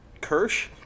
Kirsch